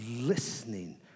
listening